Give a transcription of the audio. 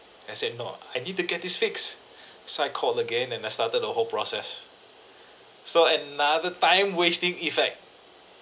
I said no I need to get this fixed so I called again and I started the whole process so another time-wasting effect